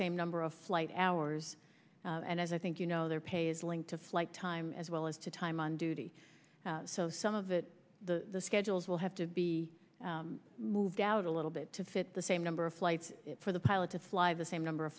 same number of flight hours and as i think you know their pay is linked to flight time as well as to time on duty so some of it the schedules will have to be moved out a little bit to fit the same number of flights for the pilot to fly the same number of